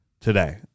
today